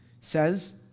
says